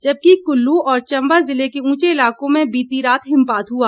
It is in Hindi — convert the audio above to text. जबकि कुल्लू और चंबा जिले के ऊंचे इलाकों में बीती रात हिमपात हुआ